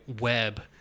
web